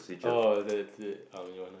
oh that's it I only